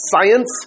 science